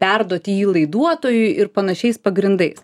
perduoti jį laiduotojui ir panašiais pagrindais